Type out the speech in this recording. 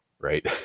right